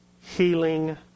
healing